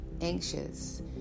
anxious